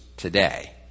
today